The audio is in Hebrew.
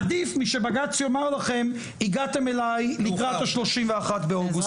עדיף מאשר בג"ץ יאמר לכם הגעתם אליי לקראת ה-31 באוגוסט.